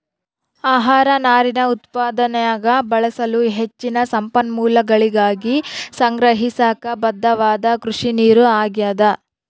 ಆಹಾರ ನಾರಿನ ಉತ್ಪಾದನ್ಯಾಗ ಬಳಸಲು ಹೆಚ್ಚಿನ ಸಂಪನ್ಮೂಲಗಳಿಗಾಗಿ ಸಂಗ್ರಹಿಸಾಕ ಬದ್ಧವಾದ ಕೃಷಿನೀರು ಆಗ್ಯಾದ